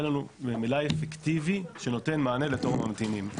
לנו מלאי אפקטיבי שנותן מענה לתור הממתינים.